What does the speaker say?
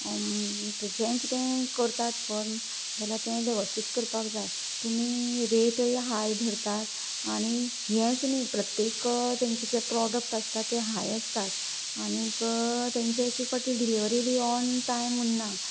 जे कितें करतात पळय जाल्यार ते वेवस्थीत करपाक जाय तुमी रेटय हाय धरतात आनी हेच न्ही प्रत्येक तेंजे जे प्रोडक्ट आसता ते हाय आसता आनी तेंचे एकेक फाटी डिलिवरी ऑन टायम उन्ना